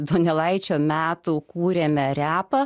donelaičio metų kūrėme retą